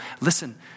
Listen